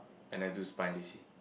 I never do spa in J_C